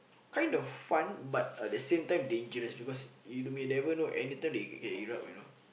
kind of fun but at the same time dangerous because you may never know anytime they can erupt you know